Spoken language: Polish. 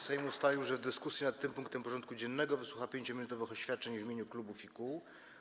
Sejm ustalił, że w dyskusji nad tym punktem porządku dziennego wysłucha 5-minutowych oświadczeń w imieniu klubów i koła.